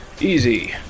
Easy